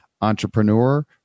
entrepreneur